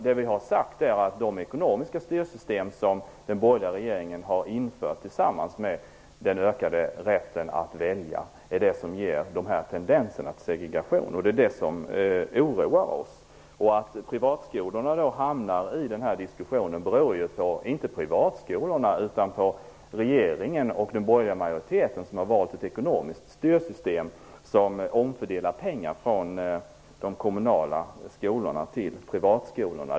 Vad vi har sagt är att de ekonomiska styrsystem som den borgerliga regeringen har infört tillsammans med den ökade rätten att välja ger tendenser till segregation. Det är det som oroar oss. Att privatskolorna då hamnar i denna diskussion beror inte på dem själva utan på att regeringen och den borgerliga majoriteten har valt ett ekonomiskt styrsystem som omfördelar pengar från de kommunala skolorna till privatskolorna.